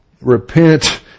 repent